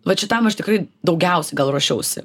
vat šitam aš tikrai daugiausiai gal ruošiausi